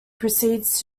proceeds